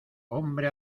hombre